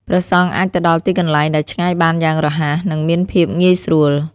ព្រះសង្ឃអាចទៅដល់ទីកន្លែងដែលឆ្ងាយបានយ៉ាងរហ័ស និងមានភាពងាយស្រួល។